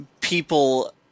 people